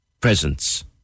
presence